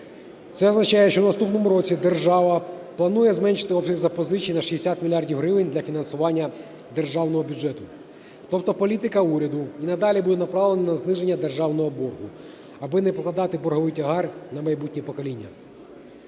Це означає, що в наступному році держава планує зменшити обсяг запозичень на 60 мільярдів гривень для фінансування державного бюджету. Тобто політика уряду і надалі буде направлена на зниження державного боргу, аби не попадати в борговий тягар на майбутні покоління.